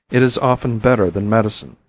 it is often better than medicine,